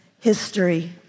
history